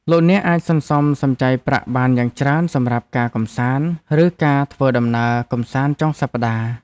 លោកអ្នកអាចសន្សំសំចៃប្រាក់បានយ៉ាងច្រើនសម្រាប់ការកម្សាន្តឬការធ្វើដំណើរកម្សាន្តចុងសប្ដាហ៍។